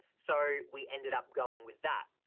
so we ended up going with that.